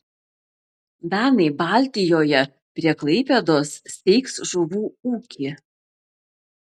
danai baltijoje prie klaipėdos steigs žuvų ūkį